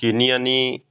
কিনি আনি